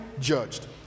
judged